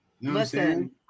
Listen